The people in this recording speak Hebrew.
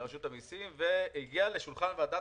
לרשות המיסים, והגיע לשולחן ועדת